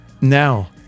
Now